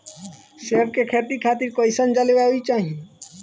सेब के खेती खातिर कइसन जलवायु चाही?